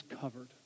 covered